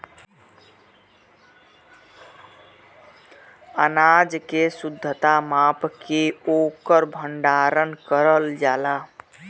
अनाज के शुद्धता माप के ओकर भण्डारन करल जाला